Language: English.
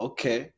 Okay